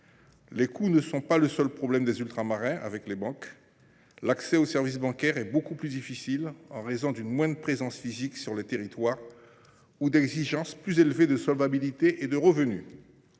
Les coûts ne sont pas le seul problème des Ultramarins avec les banques. L’accès aux services bancaires est beaucoup plus difficile en raison d’une moindre présence physique sur les territoires ou d’exigences plus élevées en termes de solvabilité et de revenus.